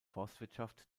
forstwirtschaft